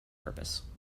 purpose